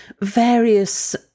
various